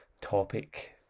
topic